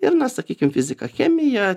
ir na sakykim fiziką chemiją